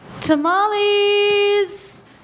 tamales